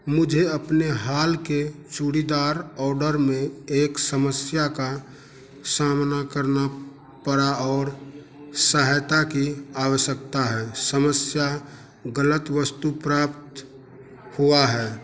मुझे अपने हाल के चूड़ीदार ऑर्डर में एक समस्या का सामना करना पड़ा और सहायता की आवश्यकता है समस्या गलत वस्तु प्राप्त हुआ है